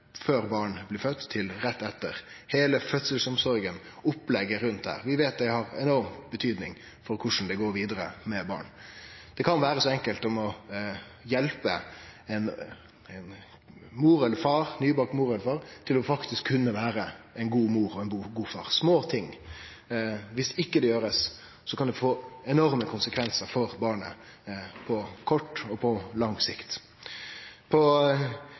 før barnet blir født, til rett etter. Heile fødselsomsorga, opplegget rundt det, veit vi har enorm betydning for korleis det går vidare med barnet. Det kan vere så enkelt som å hjelpe ei nybakt mor eller ein nybakt far til faktisk å kunne vere ei god mor og ein god far. Små ting. Viss ikkje det blir gjort, kan det få enorme konsekvensar for barnet både på kort og på lang sikt.